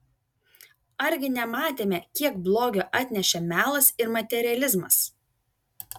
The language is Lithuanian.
argi nematėme kiek blogio atnešė melas ir materializmas